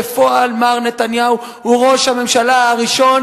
בפועל מר נתניהו הוא ראש הממשלה הראשון